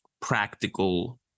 practical